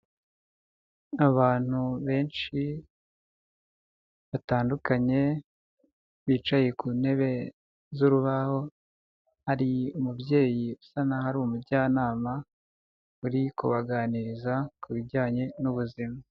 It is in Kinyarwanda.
Abantu benshi batandukanye bicaye ku ntebe z'urubaho hari umubyeyi usa naho ari umujyanama uri kubaganiriza ku bijyanye n'ubuzima.